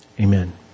Amen